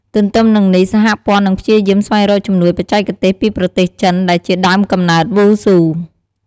ទន្ទឹមនឹងនេះ សហព័ន្ធនឹងព្យាយាមស្វែងរកជំនួយបច្ចេកទេសពីប្រទេសចិនដែលជាដើមកំណើតវ៉ូស៊ូ។